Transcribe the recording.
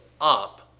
up